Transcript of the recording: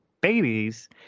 babies